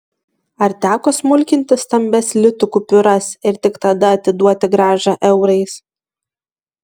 ar teko smulkinti stambias litų kupiūras ir tik tada atiduoti grąžą eurais